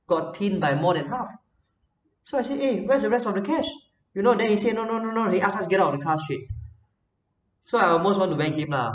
got thin by more than half so I say eh where's the rest of the cash you know then he say no no no no then ask us to get out of the car straight so I almost want to bang him lah